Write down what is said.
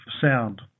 sound